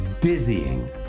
dizzying